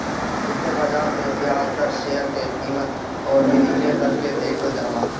वित्तीय बाजार में बियाज दर, शेयर के कीमत अउरी विनिमय दर के देखल जाला